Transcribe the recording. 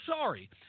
sorry